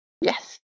Yes